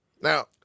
Now